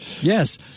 Yes